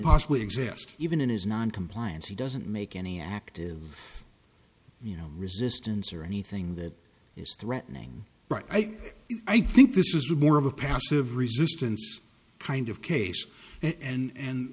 possibly exist even in his noncompliance he doesn't make any active you know resistance or anything that is threatening right i think this is more of a passive resistance kind of case and